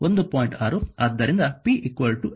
4 ಈ ಸಮೀಕರಣವು 1